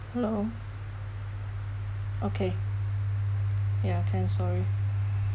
hello okay ya can sorry